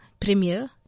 premier